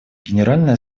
генеральной